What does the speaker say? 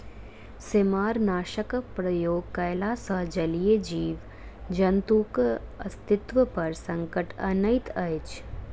सेमारनाशकक प्रयोग कयला सॅ जलीय जीव जन्तुक अस्तित्व पर संकट अनैत अछि